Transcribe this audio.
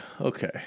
Okay